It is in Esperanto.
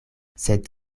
sed